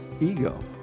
ego